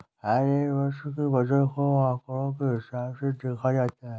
हर एक वर्ष की बचत को आंकडों के हिसाब से देखा जाता है